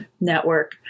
Network